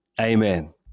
Amen